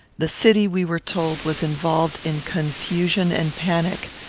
the city, we were told, was involved in confusion and panic,